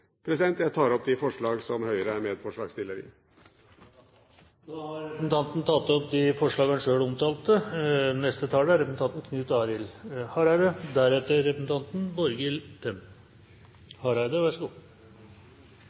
Jeg tar opp de forslag som Høyre er medforslagsstiller til. Representanten Øyvind Halleraker har tatt opp de forslag han